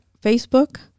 Facebook